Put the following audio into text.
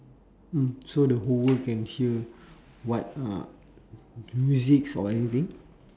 mm so the whole world can hear what uh musics or anything